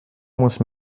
musst